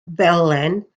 felen